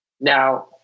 Now